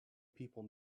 people